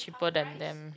cheaper than them